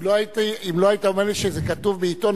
אם לא היית אומר לי שזה כתוב בעיתון,